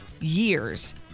years